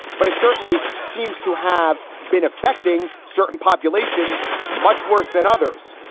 but it certainly seems to have been affecting certain populations much worse than others.